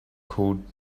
called